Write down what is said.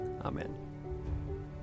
Amen